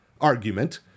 argument